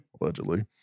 allegedly